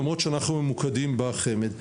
למרות שאנחנו ממוקדים בחמ"ד.